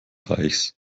reichs